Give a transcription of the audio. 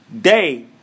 Day